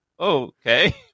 okay